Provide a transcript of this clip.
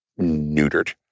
neutered